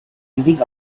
leading